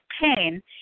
pain